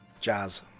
jazz